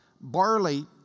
barley